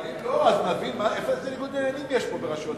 אבל אם לא, שנבין איפה זה ניגוד עניינים ברשויות